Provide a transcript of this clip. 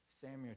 Samuel